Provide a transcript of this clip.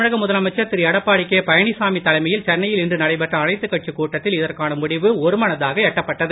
தமிழக முதலமைச்சர் திரு எடப்பாடி கே பழனிசாமி தலைமையில் சென்னையில் இன்று நடைபெற்ற அனைத்துக் கட்சிக் கூட்டத்தில் இதற்கான முடிவு ஒருமனதாக எட்டப்பட்டது